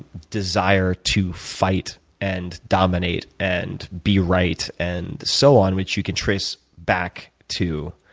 desire to fight and dominate and be right and so on, which you could trace back to